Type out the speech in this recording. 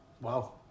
Wow